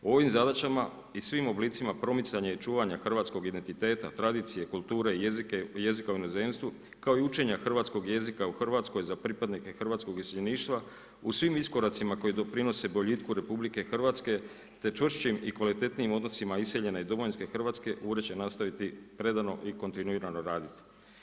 U ovim zadaćama i svim oblicima promicanja i čuvanja hrvatskog identiteta, tradicije, kulture i jezika u inozemstvu kao i učenja hrvatskog jezika u Hrvatskoj za pripadnike hrvatskog iseljeništva, u svim iskoracima koji doprinose boljitku RH, te čvršćim i kvalitetnijim odnosima iseljene i domovinske Hrvatske, ured će nastaviti predano i kontinuirano raditi.